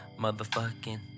motherfucking